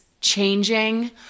changing